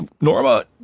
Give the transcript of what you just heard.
Norma